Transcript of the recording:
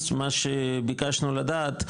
אז מה שביקשנו לדעת,